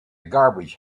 garbage